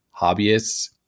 hobbyists